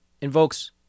invokes